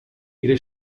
ihre